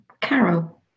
Carol